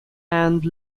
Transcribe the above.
and